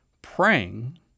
praying